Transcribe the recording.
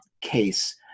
case